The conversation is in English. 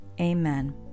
Amen